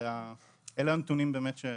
אלה באמת הנתונים.